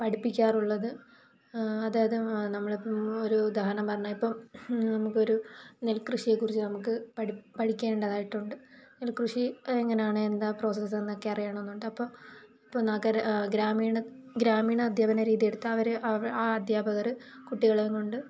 പഠിപ്പിക്കാറുള്ളത് അതായത് നമ്മൾ ഒരു ഉദാഹരണം പറഞ്ഞാൽ ഇപ്പം നമുക്കൊരു നെല് കൃഷിയെക്കുറിച്ച് നമുക്ക് പഠിക്കേണ്ടതായിട്ടുണ്ട് നെല് കൃഷി എങ്ങനെയാണ് എന്താ പ്രോസസ് എന്നൊക്കെ അറിയണമെന്നുണ്ട് അപ്പം നഗര ഗ്രാമീണ ഗ്രാമീണ അധ്യാപന രീതി എടുത്താല് അവര് ആ അധ്യാപകര് കുട്ടികളെ കൊണ്ട്